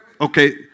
Okay